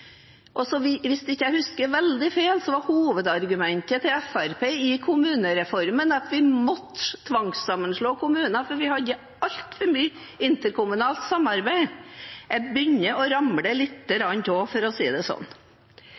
Hvis jeg ikke husker veldig feil, var hovedargumentet til Fremskrittspartiet om kommunereformen at vi måttet tvangssammenslå kommuner, for vi hadde altfor mye interkommunalt samarbeid. Jeg begynner å ramle litt av – for å si det sånn